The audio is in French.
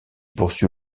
poursuit